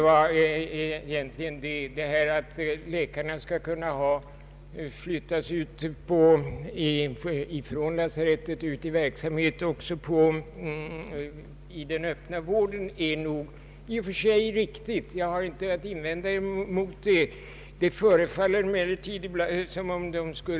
Tanken att läkarna skall kunna flyttas från ett lasarett ut till verksamhet också i den öppna vården är nog i och för sig riktig. Jag har ingenting att invända mot en sådan ordning.